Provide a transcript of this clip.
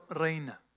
reina